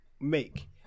make